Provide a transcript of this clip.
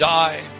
die